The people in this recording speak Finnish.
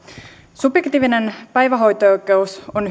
subjektiivinen päivähoito oikeus on